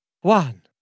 one